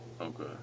Okay